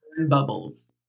bubbles